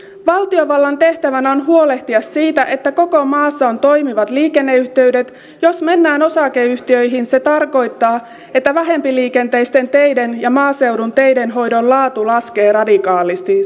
valtiovallan tehtävänä on huolehtia siitä että koko maassa on toimivat liikenneyhteydet jos mennään osakeyhtiöihin se tarkoittaa että vähempiliikenteisten teiden ja maaseudun teiden hoidon laatu laskee radikaalisti